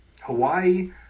Hawaii